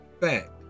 Fact